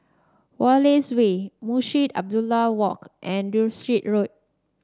Wallace Way Munshi Abdullah Walk and Derbyshire Road